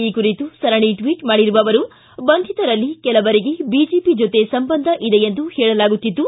ಈ ಕುರಿತು ಸರಣಿ ಟ್ವಟ್ ಮಾಡಿರುವ ಅವರು ಬಂಧಿತರಲ್ಲಿ ಕೆಲವರಿಗೆ ಬಿಜೆಪಿ ಜೊತೆ ಸಂಬಂಧ ಇದೆಯೆಂದು ಹೇಳಲಾಗುತ್ತಿದ್ದು